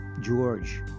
George